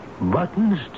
Buttons